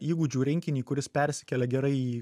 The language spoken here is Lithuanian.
įgūdžių rinkinį kuris persikelia gerai į